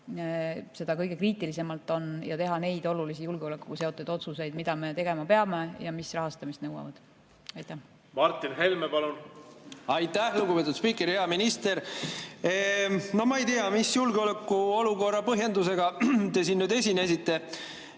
seda kõige kriitilisemalt vaja on, ehk teha neid olulisi julgeolekuga seotud otsuseid, mida me tegema peame ja mis rahastamist nõuavad. Martin Helme, palun! Martin Helme, palun! Aitäh, lugupeetud spiiker! Hea minister! No ma ei tea, mis julgeolekuolukorra põhjendusega te siin nüüd esinesite.